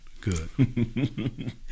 Good